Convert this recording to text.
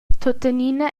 tuttenina